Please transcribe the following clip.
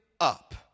up